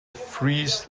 freeze